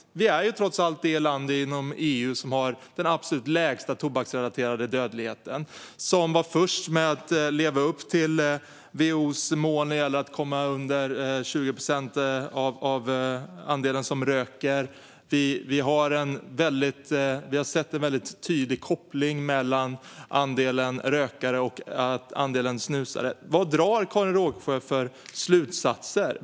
Sverige är trots allt det land inom EU som har den absolut lägsta tobaksrelaterade dödligheten och som var först med att leva upp till WHO:s mål om att andelen rökare ska vara högst 20 procent. Vi har sett en väldigt tydlig koppling mellan andelen rökare och andelen snusare. Vad drar Karin Rågsjö för slutsatser?